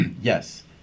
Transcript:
yes